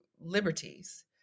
liberties